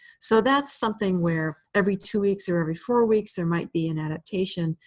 so that's something where every two weeks or every four weeks, there might be an adaptation.